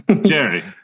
Jerry